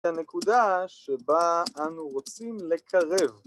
‫הנקודה שבה אנו רוצים לקרב.